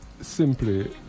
simply